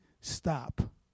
stop